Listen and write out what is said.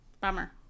bummer